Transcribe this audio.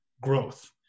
growth